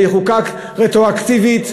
שיחוקק רטרואקטיבית,